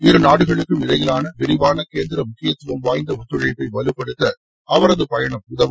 இருநாடுகளுக்கும் இடையிலான விரிவான கேந்திர முக்கியத்துவம் வாய்ந்த ஒத்துழைப்பை வலுப்படுத்த அவரது பயணம் உதவும்